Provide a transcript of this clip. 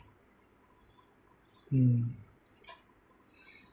mm